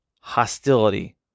hostility